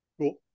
cool